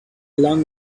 loud